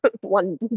one